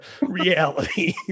reality